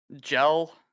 Gel